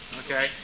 okay